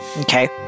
Okay